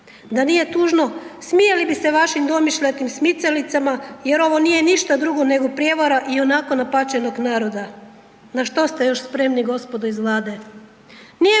Da nije tužno smijali bi se vašim domišljatim smicalicama jer ovo nije ništa drugo nego prijevara ionako napaćenog naroda. Na što ste još spremni gospodo iz Vlade?